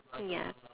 ya